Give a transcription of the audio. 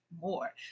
more